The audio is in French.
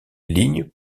ligne